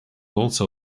also